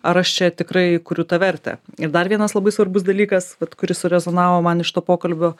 ar aš čia tikrai kuriu tą vertę ir dar vienas labai svarbus dalykas vat kuris surezonavo man iš to pokalbio